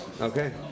okay